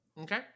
Okay